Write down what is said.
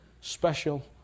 special